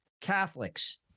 Catholics